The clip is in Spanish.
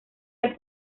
del